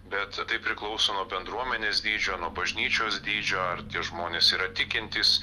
bet tai priklauso nuo bendruomenės dydžio nuo bažnyčios dydžio ar tie žmonės yra tikintys